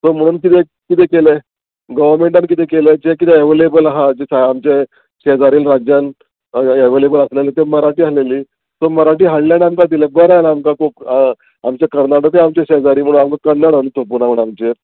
so म्हणून किदें किदें केलें गोवोरमेंटान किदें केलें जें किदें एवेलेबल आहा जें आमचें शेजारील राज्यान एवेलेबल आसलेलें तें मराठी आहलेली सो मराठी हाडलें आनी आमकां दिलें बरें आतां कोंक आमच्या कर्नाटकी आमचे शेजारी म्हणून आमकां कन्नड हाडून थोपुना म्हणून आमचेर